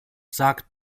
sagt